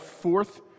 fourth